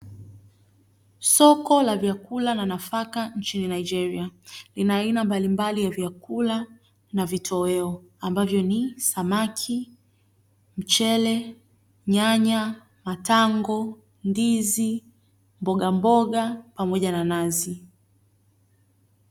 Soko la vyakula na nafaka nchini nigeria, lina aina mbalimbali ya vyakula na vitoweo ambavyo ni samaki, mchele, nyanya, matango, ndizi, mbogamboga pamoja na nazi.